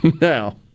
now